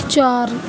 چار